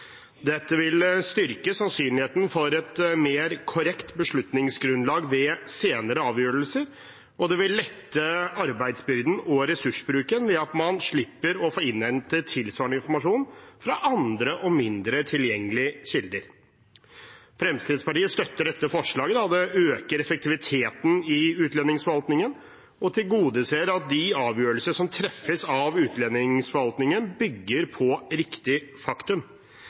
Dette vil styrke sannsynligheten for et mer korrekt beslutningsgrunnlag ved senere avgjørelser, og det vil lette arbeidsbyrden og ressursbruken ved at man slipper å innhente tilsvarende informasjon fra andre og mindre tilgjengelige kilder. Fremskrittspartiet støtter dette forslaget, da det øker effektiviteten i utlendingsforvaltningen og tilgodeser at de avgjørelser som treffes av utlendingsforvaltningen, bygger på riktig faktum.